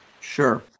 Sure